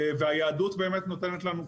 היהדות נותנת לנו כלים.